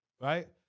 Right